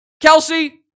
Kelsey